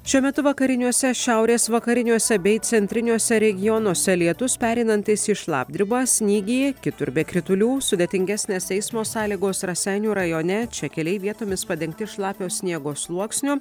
šiuo metu vakariniuose šiaurės vakariniuose bei centriniuose regionuose lietus pereinantis į šlapdribą snygį kitur be kritulių sudėtingesnės eismo sąlygos raseinių rajone čia keliai vietomis padengti šlapio sniego sluoksniu